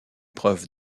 preuve